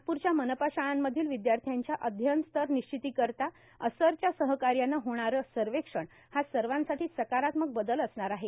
नागपूरच्या मनपा शाळांमधील र्विद्याथ्याच्या अध्ययन स्तर र्निश्चितीर्कारता असरच्या सहकायाने होणारे सवक्षण हा सवासाठी सकारात्मक बदल असणार आहे